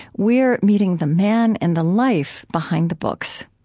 we're meeting the man and the life behind the books